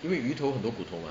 因为鱼头很多骨头 mah